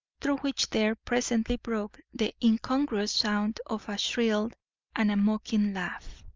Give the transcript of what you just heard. through which there presently broke the incongruous sound of a shrill and mocking laugh.